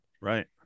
Right